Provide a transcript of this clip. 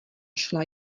šla